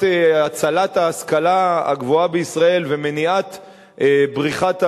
הצלת ההשכלה הגבוהה בישראל ומניעת בריחת המוחות,